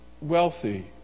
wealthy